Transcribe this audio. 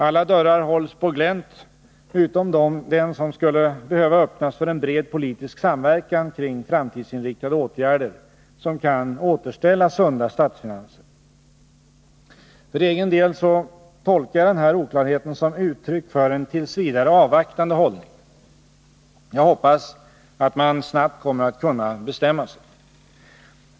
Alla dörrar hålls på glänt utom den som skulle behöva öppnas för en bred politisk samverkan kring framtidsinriktade åtgärder som kan återställa sunda statsfinanser. För egen del tolkar jag den här oklarheten som uttryck för en t. v. avvaktande hållning. Jag hoppas att man snabbt kommer att kunna bestämma sig.